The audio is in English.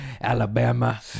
Alabama